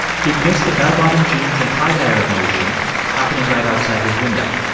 he'd missed the bell-bottom-jeans-and-tie-dye revolution happening right outside his window.